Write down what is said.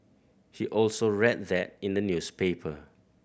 he also read that in the newspaper